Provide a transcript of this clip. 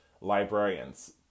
Librarians